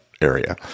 area